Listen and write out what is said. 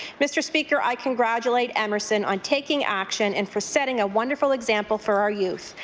mr. speaker, i congratulate emerson on taking action and for setting a wonderful example for our youth.